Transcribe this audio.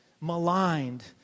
maligned